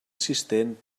assistent